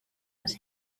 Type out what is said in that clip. was